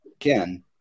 again